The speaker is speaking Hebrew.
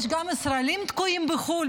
יש גם 150,000 ישראלים תקועים בחו"ל,